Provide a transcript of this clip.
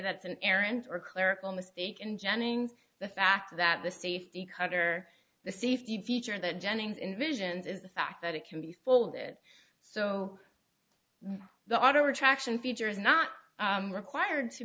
that's an errant or clerical mistake in jennings the fact that the safety cutter the safety feature that jennings in visions is the fact that it can be full of it so the auto retraction feature is not required to